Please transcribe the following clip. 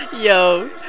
Yo